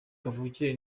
kavukire